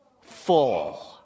full